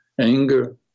anger